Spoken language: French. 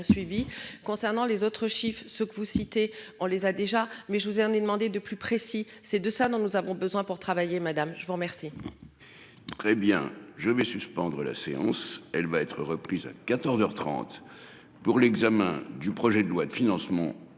suivi. Concernant les autres chiffre ce que vous citez, on les a déjà mais je vous ai demander de plus précis, c'est de ça dont nous avons besoin pour travailler. Madame, je vous remercie. Très bien je vais suspendre la séance. Elle va être reprise à 14h 30 pour l'examen du projet de loi de financement